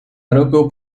recours